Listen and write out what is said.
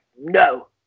no